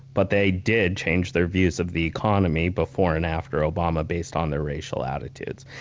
but they did change their views of the economy before and after obama based on their racial attitudes.